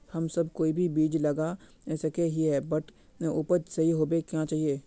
हम सब कोई भी बीज लगा सके ही है बट उपज सही होबे क्याँ चाहिए?